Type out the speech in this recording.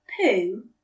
poo